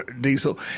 diesel